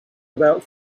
about